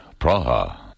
Praha